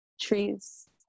trees